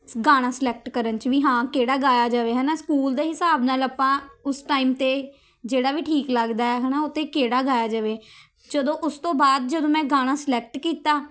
ਗਾਣਾ ਸਿਲੈਕਟ ਕਰਨ 'ਚ ਵੀ ਹਾਂ ਕਿਹੜਾ ਗਾਇਆ ਜਾਵੇ ਹੈ ਨਾ ਸਕੂਲ ਦੇ ਹਿਸਾਬ ਨਾਲ ਆਪਾਂ ਉਸ ਟਾਇਮ 'ਤੇ ਜਿਹੜਾ ਵੀ ਠੀਕ ਲੱਗਦਾ ਹੈ ਨਾ ਉਹ 'ਤੇ ਕਿਹੜਾ ਗਾਇਆ ਜਾਵੇ ਜਦੋਂ ਉਸ ਤੋਂ ਬਾਅਦ ਜਦੋਂ ਮੈਂ ਗਾਣਾ ਸਿਲੈਕਟ ਕੀਤਾ